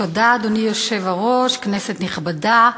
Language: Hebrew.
אדוני היושב-ראש, תודה, כנסת נכבדה,